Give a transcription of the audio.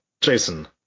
Jason